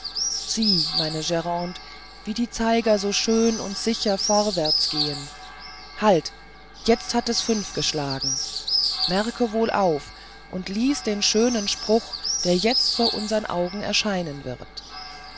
sieh meine grande wie die zeiger so schön und sicher vorwärts gehen halt jetzt wird es fünf schlagen merke wohl auf und lies den schönen spruch der jetzt vor unseren augen erscheinen wird